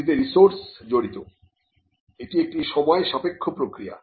এটিতে রিসোর্স জড়িত এটি একটি সময় সাপেক্ষ প্রক্রিয়া